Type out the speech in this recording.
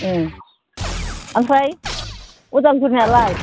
एह ओमफ्राय उदालगुरिनालाय